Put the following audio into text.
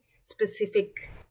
specific